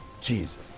Jesus